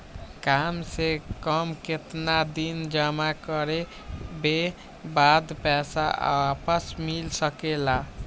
काम से कम केतना दिन जमा करें बे बाद पैसा वापस मिल सकेला?